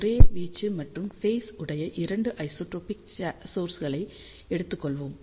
ஒரே வீச்சு மற்றும் ஃபேஸ் உடைய 2 ஐசோட்ரோபிக் சோர்ஸ்களை எடுத்துக் கொள்வோம்